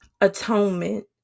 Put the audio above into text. atonement